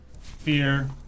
Fear